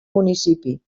municipi